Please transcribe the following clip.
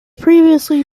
previously